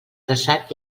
traçat